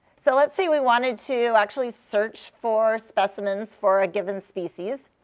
so let's say we wanted to actually search for specimens for a given species.